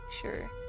sure